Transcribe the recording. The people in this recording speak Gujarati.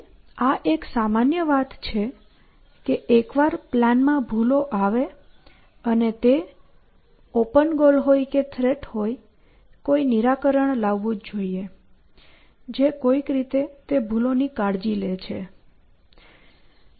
અને આ એક સામાન્ય વાત છે કે એકવાર પ્લાનમાં ભૂલો આવે અને તે ખામી ઓપન ગોલ હોય કે થ્રેટ હોય કોઈ નિરાકરણ લાવવું જોઈએ જે કોઈક રીતે તે ભૂલ ની કાળજી લે છે